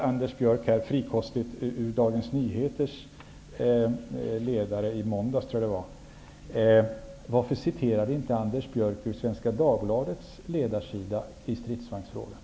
Anders Björck citerade frikostigt ur Dagens Nyheters ledare från i måndags. Varför citerade inte Anders Björck från Svenska Dagbladets ledarsida i stridsvagnsfrågan?